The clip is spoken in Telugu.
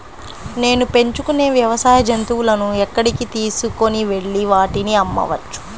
నేను పెంచుకొనే వ్యవసాయ జంతువులను ఎక్కడికి తీసుకొనివెళ్ళి వాటిని అమ్మవచ్చు?